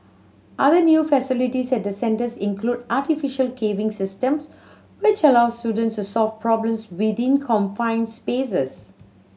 other new facilities at the centres include artificial caving systems which allow students to solve problems within confined spaces